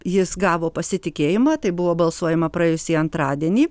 jis gavo pasitikėjimą tai buvo balsuojama praėjusį antradienį